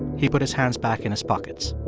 he put his hands back in his pockets